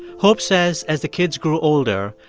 hope says, as the kids grew older,